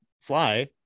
fly